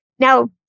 Now